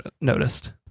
noticed